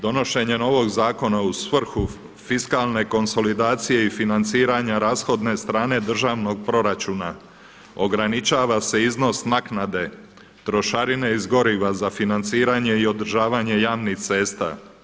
Donošenje novog zakona u svrhu fiskalne konsolidacije i financiranja rashodne strane državnog proračuna ograničava se iznos naknade trošarine iz goriva za financiranje i održavanje javnih cesta.